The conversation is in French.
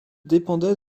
dépendait